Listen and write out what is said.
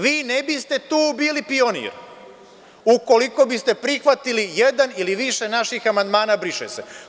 Vi ne biste tu bili pionir, ukoliko biste prihvatili jedan ili više naših amandmana „briše se“